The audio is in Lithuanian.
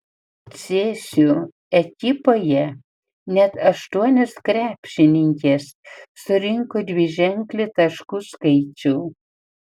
cėsių ekipoje net aštuonios krepšininkės surinko dviženklį taškų skaičių